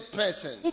person